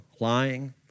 lying